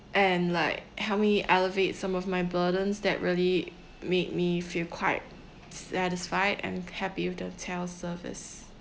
and like help me elevate some of my burdens that really made me feel quite satisfied and happy with the hotel's service